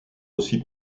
aussi